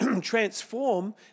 transform